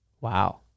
wow